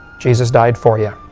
jesus died for you.